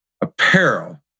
apparel